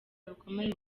rukomeye